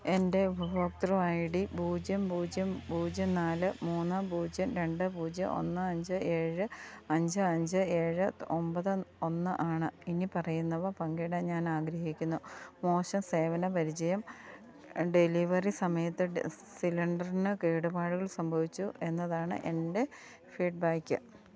എന്റെ ഉപഭോക്തൃ ID പൂജ്യം പൂജ്യം പൂജ്യം നാല് മൂന്ന് പൂജ്യം രണ്ട് പൂജ്യം ഒന്ന് അഞ്ച് എഴ് അഞ്ച് അഞ്ച് ഏഴ് ഒൻപത് ഒന്ന് ആണ് ഇനിപ്പറയുന്നവ പങ്കിടാൻ ഞാൻ ആഗ്രഹിക്കുന്നു മോശം സേവന പരിചയം ഡെലിവറി സമയത്ത് സിലിണ്ടറിന് കേടുപാടുകൾ സംഭവിച്ചു എന്നതാണ് എന്റെ ഫീഡ് ബാക്ക്